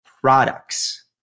products